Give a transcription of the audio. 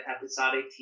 episodic